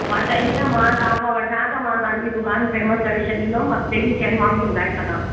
मां चाहींदी आहियां मां तव्हांखां वठा त मां तव्हांजी दुकानु फ़ेमस करे छॾींदमि अॻिते बि चयनि माण्हुनि खे ॿुधाए सघां